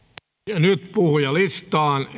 budjetti nyt puhujalistaan